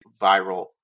viral